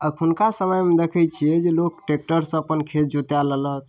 अखुनका समयमे देखै छियै जे लोक ट्रैक्टरसँ अपन खेत जोता लेलक